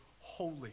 holy